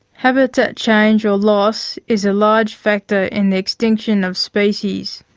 habitat change or loss is a large factor in the extinction of species,